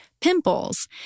Pimples